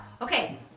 Okay